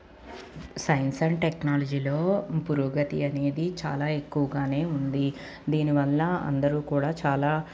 science and టెక్నాలజీలో పురోగతి అనేది చాలా ఎక్కువగానే ఉంది దీని వల్ల అందరు కూడా చాలా